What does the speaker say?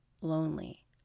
lonely